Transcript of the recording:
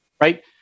right